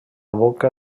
boca